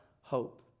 hope